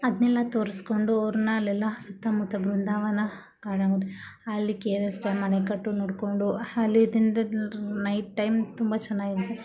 ಅದನ್ನೆಲ್ಲ ತೋರಿಸ್ಕೊಂಡು ಅವ್ರನ್ನ ಅಲ್ಲೆಲ್ಲ ಸುತ್ತ ಮುತ್ತ ಬೃಂದಾವನ ಅಲ್ಲಿ ಕೆ ಆರ್ ಎಸ್ ಡ್ಯಾಮ್ ಅಣೆಕಟ್ಟು ನೋಡಿಕೊಂಡು ಅಲ್ಲಿ ತಿಂದು ನೈಟ್ ಟೈಮ್ ತುಂಬ ಚೆನ್ನಾಗಿದೆ